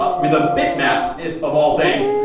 ah with a bitmap, if of all things,